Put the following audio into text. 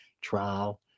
trial